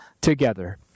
together